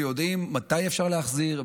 ויודעים מתי אפשר להחזיר,